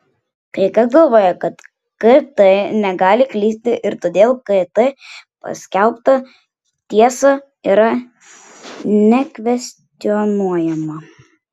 kai kas galvoja kad kt negali klysti ir todėl kt paskelbta tiesa yra nekvestionuojama